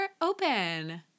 open